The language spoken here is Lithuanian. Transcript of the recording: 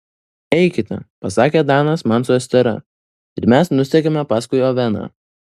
eikite pasakė danas man su estera ir mes nusekėme paskui oveną